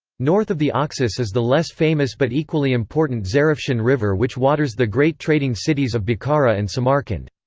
north of the oxus is the less-famous but equally important zarafshan river which waters the great trading cities of bokhara and samarkand.